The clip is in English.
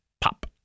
pop